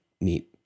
neat